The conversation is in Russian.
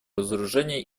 разоружения